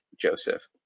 Joseph